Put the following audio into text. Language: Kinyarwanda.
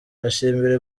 ndashimira